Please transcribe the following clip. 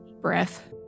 breath